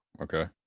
okay